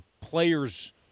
players –